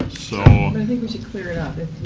so and and think we should clear it up as